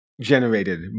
generated